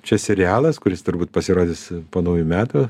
čia serialas kuris turbūt pasirodys po naujų metų